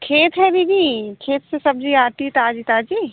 खेत है दीदी खेत से सब्जी आती है ताजी ताजी